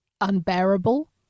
unbearable